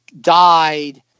died